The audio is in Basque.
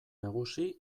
nagusi